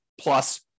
plus